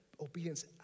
obedience